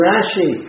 Rashi